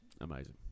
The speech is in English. Amazing